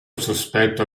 sospetto